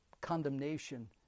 condemnation